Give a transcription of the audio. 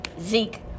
Zeke